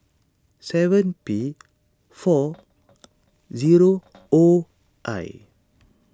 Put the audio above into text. seven P four zero O I